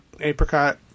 apricot